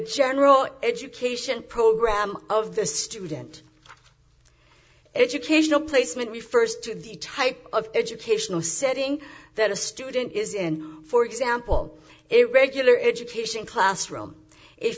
general education program of the student educational placement we first did the type of educational setting that a student is in for example a regular education classroom i